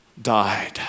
Died